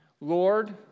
Lord